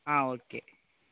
okay